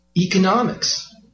economics